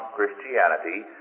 Christianity